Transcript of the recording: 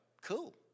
cool